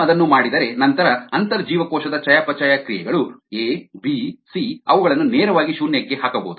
ನೀವು ಅದನ್ನು ಮಾಡಿದರೆ ನಂತರ ಅಂತರ್ಜೀವಕೋಶದ ಚಯಾಪಚಯ ಕ್ರಿಯೆಗಳು ಎ ಬಿ ಸಿ ಅವುಗಳನ್ನು ನೇರವಾಗಿ ಶೂನ್ಯಕ್ಕೆ ಹಾಕಬಹುದು